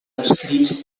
escrits